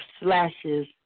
slashes